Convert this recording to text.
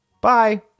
bye